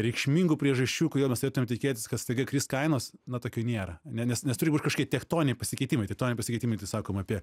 reikšmingų priežasčių kodėl turėtumėm tikėtis kad staiga kris kainos nu tokių nėra ane nes nes turi būt kažkokie tektoniniai pasikeitimai tektoniniai pasikeitimai tai sakom apie